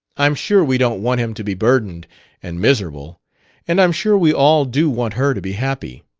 i'm sure we don't want him to be burdened and miserable and i'm sure we all do want her to be happy.